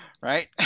right